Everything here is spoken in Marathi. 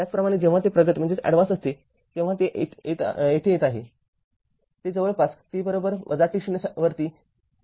त्याचप्रमाणे जेव्हा ते प्रगत असते तेव्हा ते येत आहे ते जवळपास t t0 वरती सुरू होत आहे